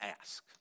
ask